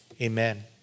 Amen